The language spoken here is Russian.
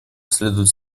следует